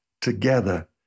together